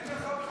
אין לך בכלל